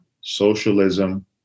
socialism